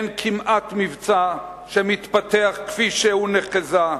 אין כמעט מבצע שמתפתח כפי שהוא נחזה.